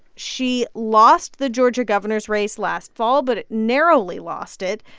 she lost the georgia governor's race last fall, but narrowly lost it.